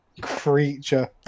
creature